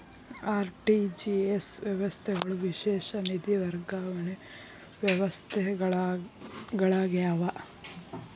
RTGS ವ್ಯವಸ್ಥೆಗಳು ವಿಶೇಷ ನಿಧಿ ವರ್ಗಾವಣೆ ವ್ಯವಸ್ಥೆಗಳಾಗ್ಯಾವ